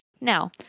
Now